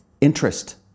interest